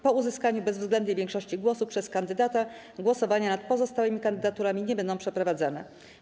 Po uzyskaniu bezwzględnej większości głosów przez kandydata głosowania nad pozostałymi kandydaturami nie będą przeprowadzone.